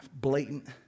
Blatant